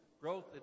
growth